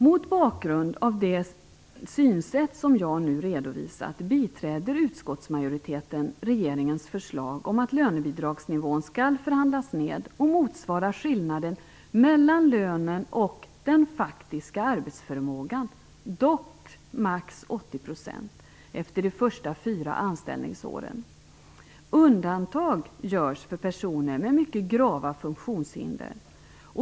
Mot bakgrund av det synsätt som jag nu redovisat biträder utskottsmajoriteten regeringens förslag om att lönebidragsnivån skall förhandlas ned och motsvara skillnaden mellan lönen och den faktiska arbetsförmågan, dock maximalt 80 % efter de första fyra anställningsåren. Undantag görs för personer med mycket grava funktionshinder.